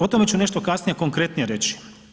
O tome ću nešto kasnije konkretnije reći.